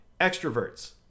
Extroverts